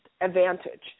advantage